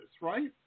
right